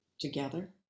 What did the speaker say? together